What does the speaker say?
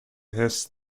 his